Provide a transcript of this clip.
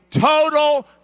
total